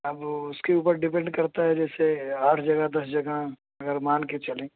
اب اس کے اوپر ڈپینڈ کرتا ہے جیسے آٹھ جگہ دس جگہ اگر مان کے چلیں